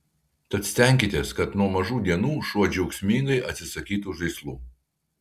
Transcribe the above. tad stenkitės kad nuo mažų dienų šuo džiaugsmingai atsisakytų žaislų